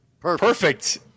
Perfect